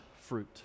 fruit